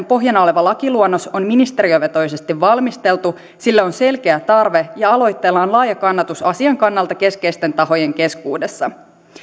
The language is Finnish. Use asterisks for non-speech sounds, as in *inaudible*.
*unintelligible* pohjana oleva lakiluonnos on ministeriövetoisesti valmisteltu sille on selkeä tarve ja aloitteella on laaja kannatus asian kannalta keskeisten tahojen keskuudessa